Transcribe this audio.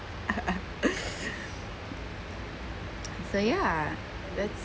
so ya that's